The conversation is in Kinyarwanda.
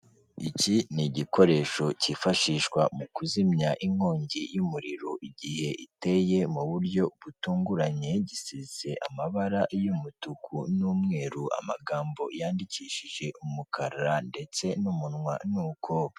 Iki ni igikoresho cyifashishwa mu kuzimya inkongi y'umuriro igihe iteye mu buryo butunguranye, gisize amabara y'umutuku n'umweru, amagambo yandikishije umukara ndetse n'umunwa ni uko.